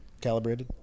Calibrated